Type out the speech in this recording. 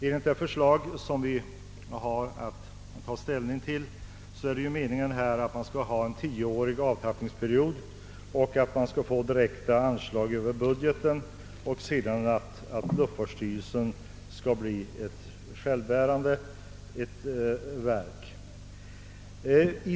Enligt det förslag som vi har att ta ställning till är det meningen att man skulle ha en tioårig avtappningsperiod och att man skulle få direkta anslag över budgeten samt att luftfartsstyrelsen skulle bli ett självbärande verk.